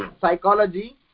psychology